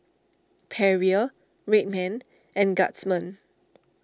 Perrier Red Man and Guardsman